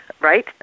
right